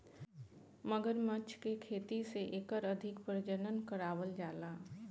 मगरमच्छ के खेती से एकर अधिक प्रजनन करावल जाला